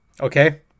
Okay